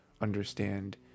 understand